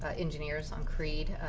ah engineers on creed,